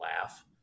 laugh